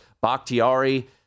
Bakhtiari